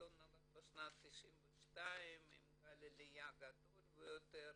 העיתון נולד ב-1992 עם גל העלייה הגדול ביותר.